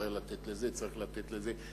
צריך לתת לזה, צריך לתת לזה.